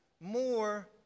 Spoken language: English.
more